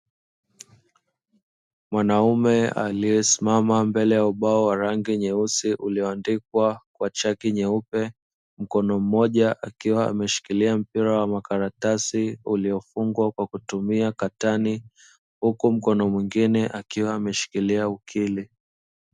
Mwanaume aliyesimama mbele ya ubao wa rangi nyeusi ulioandikwa kwa chaki nyeupe, mkono mmoja akiwa ameshikilia mpira wa makaratasi uliofungwa kwa kutumia katani huku mkono mwingine akiwa ameshikilia ukili.